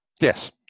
Yes